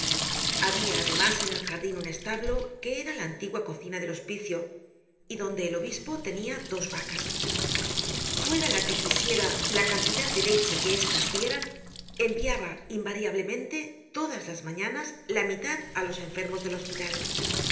habia además en el jardin un establo que era la antigua cocina del hospicio y donde el obispo tenia dos vacas fuera la que quisiera la cantidad de leche que estas dieran enviaba invariablemente todas las mañanas la mitad á los enfermos del hospital t